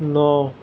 ন